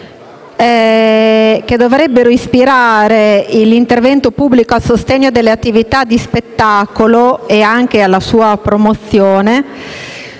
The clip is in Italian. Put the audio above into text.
che dovrebbero ispirare l'intervento pubblico a sostegno delle attività di spettacolo (e anche della loro promozione),